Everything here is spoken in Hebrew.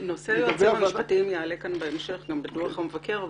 נושא היועצים המשפטיים יעלה כאן בהמשך גם בדוח המבקר,